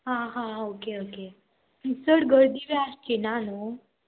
आं हा okay okay चड गर्दी बी आसची ना न्हू